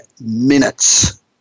minutes